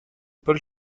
paul